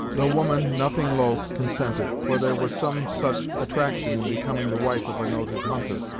the woman, nothing loth, consented, for there was some such attraction in becoming the wife of a noted hunter,